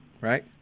right